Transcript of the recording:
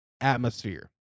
Atmosphere